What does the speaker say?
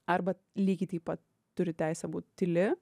arba lygiai taip pat turi teisę būt tyli